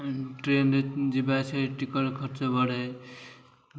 ଟ୍ରେନରେ ଯିବା ଆସିବା ଟିକେଟ୍ ଖର୍ଚ୍ଚ ବଢ଼େ